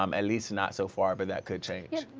um at least not, so far. but that could change.